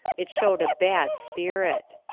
it showed a bad spirit.